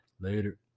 Later